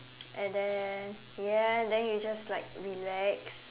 and then ya and then you just like relax